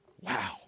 wow